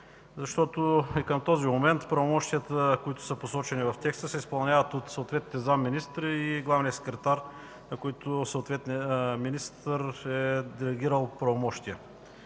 защото и към този момент правомощията, посочени в текста, се изпълняват от съответните зам.-министри и от главния секретар, на който съответният министър е делегирал правомощието.